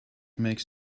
makes